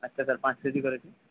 আচ্ছা স্যার পাঁচ কেজি ধরেছি